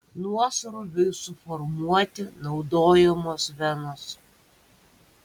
nuosrūviui suformuoti naudojamos venos